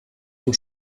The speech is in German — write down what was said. zum